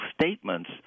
statements